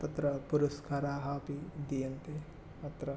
तत्र पुरस्काराः अपि दीयन्ते अत्र